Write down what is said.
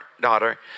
Daughter